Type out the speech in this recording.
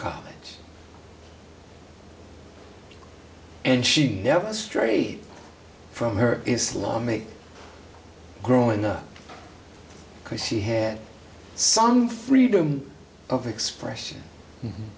college and she never strayed from her islamic growing up because she had some freedom of expression